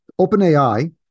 OpenAI